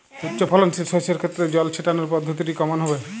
উচ্চফলনশীল শস্যের ক্ষেত্রে জল ছেটানোর পদ্ধতিটি কমন হবে?